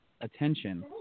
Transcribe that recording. attention